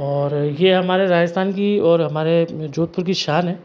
और ये हमारे राजस्थान की और हमारे जोधपुर की शान है